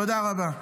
תודה רבה.